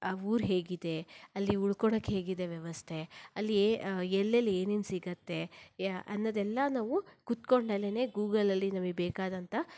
ಆ ಊರು ಹೇಗಿದೆ ಅಲ್ಲಿ ಉಳ್ಕೊಳ್ಳಕ್ಕೆ ಹೇಗಿದೆ ವ್ಯವಸ್ಥೆ ಅಲ್ಲಿ ಎಲ್ಲೆಲ್ಲಿ ಏನೇನು ಸಿಗತ್ತೆ ಯ ಅನ್ನೋದೆಲ್ಲ ನಾವು ಕುತ್ಕೊಂಡಲ್ಲೇ ಗೂಗಲಲ್ಲಿ ನಮಗೆ ಬೇಕಾದಂಥ